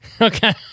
Okay